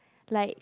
like